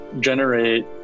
generate